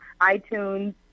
iTunes